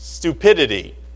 Stupidity